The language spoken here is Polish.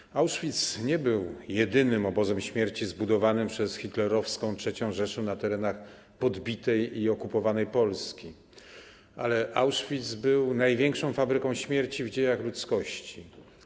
Obóz w Auschwitz nie był jedynym obozem śmierci zbudowanym przez hitlerowską III Rzeszę na terenach podbitej i okupowanej Polski, ale był największą fabryką śmierci w dziejach ludzkości.